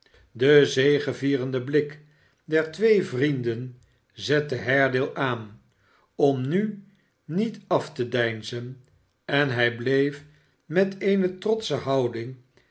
de zegevierende blik der twee vrienden zette haredale aan omnu niet af te deinzen en hij bleef met eene trotsche houding